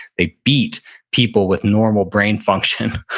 they beat people with normal brain function,